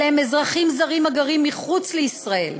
אלה הם אזרחים זרים הגרים מחוץ לישראל,